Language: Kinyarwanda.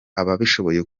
ababishoboye